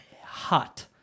hot